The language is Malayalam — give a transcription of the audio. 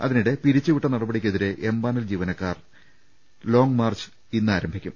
അതിനിടെ പിരിച്ചുവിട്ട നടപടിക്ക് എതിരെ എംപാനൽ ജീവനക്കാരുടെ ലോംഗ് മാർച്ച് ഇന്ന് ആരംഭിക്കും